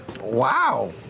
Wow